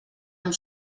amb